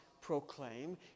proclaim